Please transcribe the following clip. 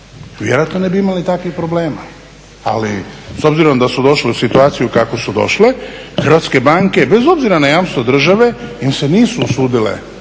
vjerojatno ne bi imali takvih problema. Ali s obzirom da su došle u situaciju u kakvu su došle hrvatske banke bez obzira na jamstvo države im se nisu usudile